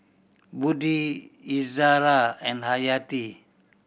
Budi Izara and Hayati